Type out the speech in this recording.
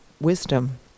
wisdom